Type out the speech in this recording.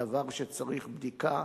"דבר שצריך בדיקה",